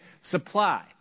supply